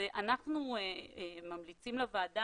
אנחנו ממליצים לוועדה,